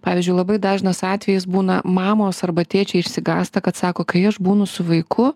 pavyzdžiui labai dažnas atvejis būna mamos arba tėčiai išsigąsta kad sako kai aš būnu su vaiku